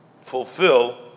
fulfill